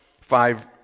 five